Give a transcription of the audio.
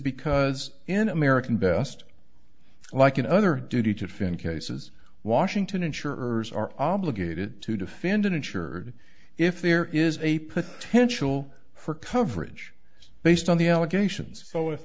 because in american best like another duty to fin cases washington insurers are obligated to defend an insured if there is a potential for coverage based on the allegations so if